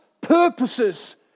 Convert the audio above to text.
purposes